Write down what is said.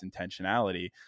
intentionality